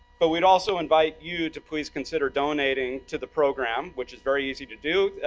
but we'd also invite you to please consider donating to the program, which is very easy to do.